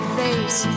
face